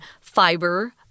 fiber